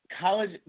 College